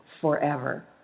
forever